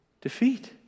Defeat